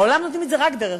בעולם נותנים את זה רק בזריקה,